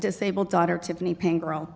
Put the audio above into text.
disabled daughter tiffany pink girl